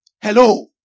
Hello